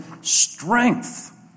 strength